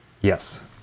Yes